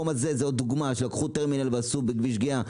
דוגמה לכך היה הטרמינל שהקימו בכביש גהה.